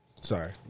Sorry